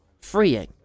freeing